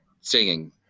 singing